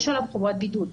יש עליו חובת בידוד.